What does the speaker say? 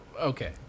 Okay